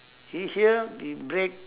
he here b~ break